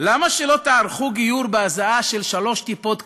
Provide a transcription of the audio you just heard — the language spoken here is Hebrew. למה שלא תערכו גיור בהזאה של שלוש טיפות קולה,